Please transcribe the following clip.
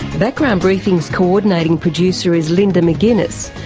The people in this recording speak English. background briefing's coordinating producer is linda mcginness.